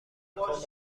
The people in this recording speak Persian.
مکان